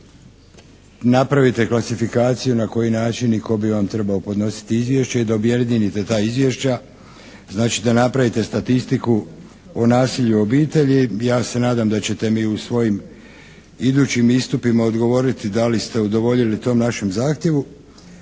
napravite klasifikaciju na koji način i tko bi vam trebao podnositi izvješće i da objedinite ta izvješća, znači da napravite statistiku o nasilju u obitelji. Ja se nadam da ćete mi u svojim idućim istupima odgovoriti da li ste udovoljili tom našem zahtjevu.